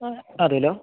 അതേലോ